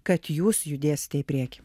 kad jūs judėsite į priekį